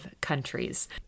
countries